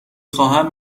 خواهم